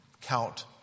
Count